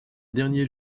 derniers